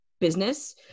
business